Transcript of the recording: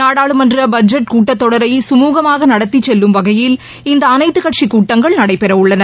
நாடாளுமன்ற பட்ஜெட் கூட்டத் தொடரை கமுகமாக நடத்திச் செல்லும் வகையில் இந்த அனைத்துக் கட்சிக் கூட்டங்கள் நடைபெற உள்ளன